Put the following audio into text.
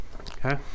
okay